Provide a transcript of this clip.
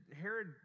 Herod